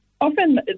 often